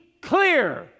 clear